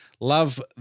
Love